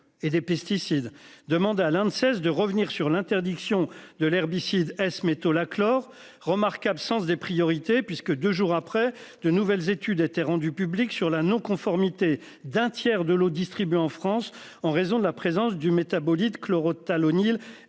et des pesticides demande à l'Inde cesse de revenir sur l'interdiction de l'herbicide S- métolachlore remarquable sens des priorités puisque 2 jours après de nouvelles études été rendu public sur la non-conformité d'un tiers de l'eau distribuée en France en raison de la présence du métabolites chlorothalonil R 400.